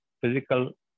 physical